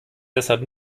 deshalb